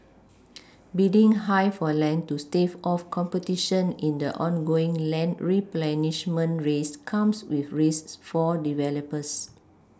bidding high for land to stave off competition in the ongoing land replenishment race comes with risks for developers